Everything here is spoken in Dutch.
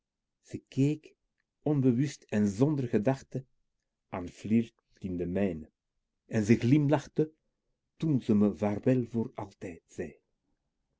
ze keek onbewust en zonder gedachte aan flirt in de mijne en ze glimlachte toen ze me vaarwel voor altij d zei